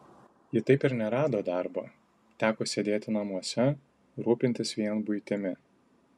ji taip ir nerado darbo teko sėdėti namuose rūpintis vien buitimi